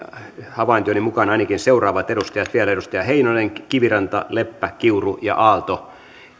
havaintojeni mukaan vielä ainakin seuraavat edustajat heinonen kiviranta leppä kiuru ja aalto